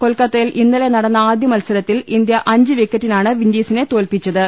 കൊൽക്കത്തയിൽ ഇന്നലെ നടന്ന ആദ്യമത്സരത്തിൽ ഇന്ത്യ അഞ്ചു വിക്ക റ്റിനാണ് വിൻഡീസിനെ തോല്പിച്ചത്